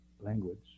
language